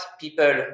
people